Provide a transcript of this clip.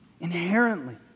inherently